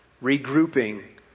regrouping